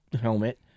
helmet